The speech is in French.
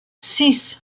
six